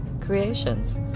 creations